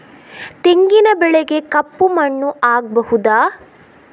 ತೆಂಗಿನ ಬೆಳೆಗೆ ಕಪ್ಪು ಮಣ್ಣು ಆಗ್ಬಹುದಾ?